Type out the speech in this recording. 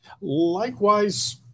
Likewise